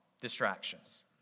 distractions